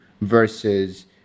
versus